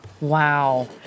Wow